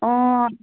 অঁ